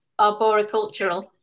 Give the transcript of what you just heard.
Arboricultural